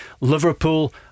Liverpool